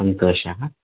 सन्तोषः